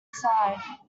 sighed